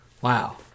Wow